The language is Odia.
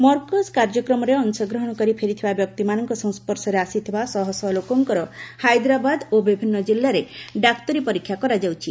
ମର୍କଜ କାର୍ଯ୍ୟକ୍ରମରେ ଅଂଶଗ୍ରହଣ କରି ଫେରିଥିବା ବ୍ୟକ୍ତିମାନଙ୍କ ସଂସର୍ଶରେ ଆସିଥିବା ଶହଶହ ଲୋକଙ୍କର ହାଇଦ୍ରାବାଦ ଓ ବିଭିନ୍ନ କିଲ୍ଲାରେ ଡାକ୍ତରୀ ପରୀକ୍ଷା କରାଯାଉଛି